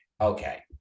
okay